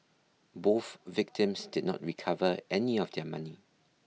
both victims did not recover any of their money